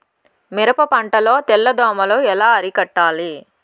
మిరప పంట లో తెల్ల దోమలు ఎలా అరికట్టాలి?